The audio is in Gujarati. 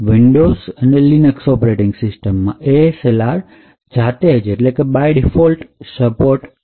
windows અને linux ઓપરેટીંગ સિસ્ટમ ASLR તેની જાતે જ સપોર્ટ કરે છે